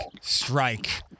strike